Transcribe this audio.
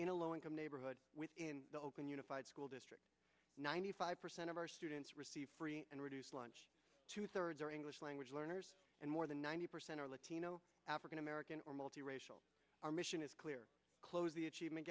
in a low income neighborhood with in the open unified school district ninety five percent of our students receive free and reduced lunch two thirds are english language learners and more than ninety percent are latino african american or multi racial our mission is clear close the achievement